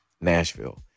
Nashville